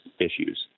issues